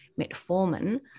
metformin